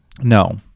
No